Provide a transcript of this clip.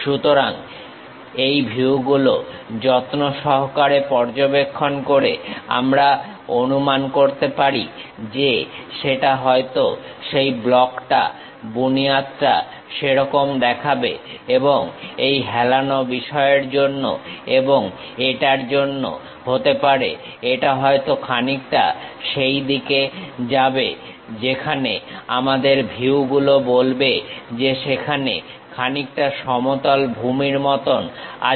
সুতরাং এই ভিউগুলো যত্নসহকারে পর্যবেক্ষণ করে আমরা অনুমান করতে পারি যে সেটা হয়তো সেই ব্লকটা বুনিয়াদটা সেরকম দেখাবে এবং এই হেলানো বিষয়ের জন্য এবং এটার জন্য হতে পারে এটা হয়তো খানিকটা সেই দিকে যাবে যেখানে আমাদের ভিউ গুলো বলবে যে সেখানে খানিকটা সমতল ভূমির মতন আছে